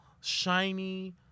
shiny